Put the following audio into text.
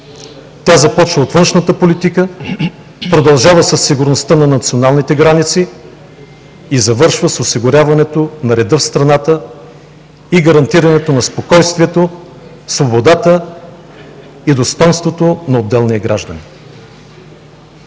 Тя започва от външната политика, продължава със сигурността на националните граници и завършва с осигуряването на реда в страната и гарантирането на спокойствието, свободата и достойнството на отделния гражданин.